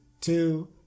Two